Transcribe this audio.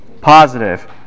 positive